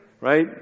right